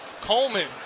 Coleman